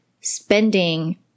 spending